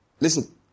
listen